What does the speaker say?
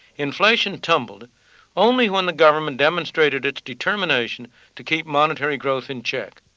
inflation tumbled only when the government demonstrated its determination to keep monetary growth in check.